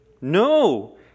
No